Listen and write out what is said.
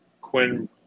Quinn